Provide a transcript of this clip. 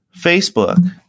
Facebook